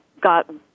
got